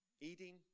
Eating